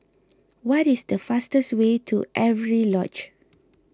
what is the fastest way to Avery Lodge